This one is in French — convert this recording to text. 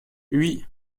oui